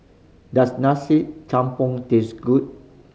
does Nasi Campur taste good